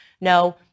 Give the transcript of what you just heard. No